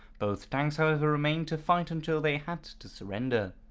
both tanks however remained to fight until they had to surrender.